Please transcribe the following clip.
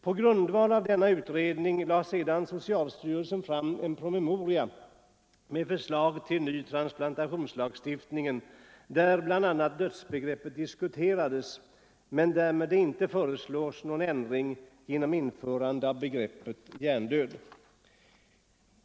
På grundval av denna utredning lade sedan socialstyrelsen fram en promemoria med förslag till ny transplantationslagstiftning, där bl.a. dödsbegreppet diskuteras men där det däremot inte föreslås någon ändring genom införande av begreppet hjärndöd.